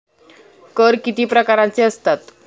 कर किती प्रकारांचे असतात?